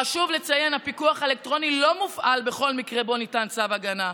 חשוב לציין שהפיקוח האלקטרוני לא מופעל בכל מקרה שבו ניתן צו הגנה,